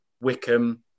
Wickham